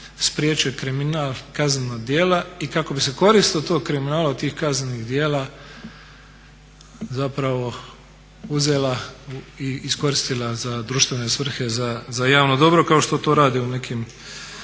spriječio kriminal, kaznena djela i kako bi se korist od tog kriminala od tih kaznenih djela zapravo uzela i iskoristila za društvene svrhe za javno dobro kao što to rade u nekim